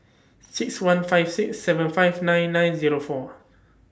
six one five six seven five nine nine Zero four